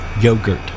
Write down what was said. yogurt